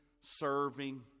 serving